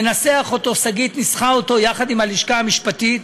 ננסח אותו, שגית ניסחה אותו יחד עם הלשכה המשפטית,